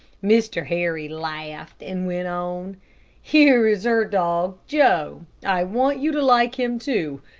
mr. harry laughed and went on here is her dog joe. i want you to like him, too.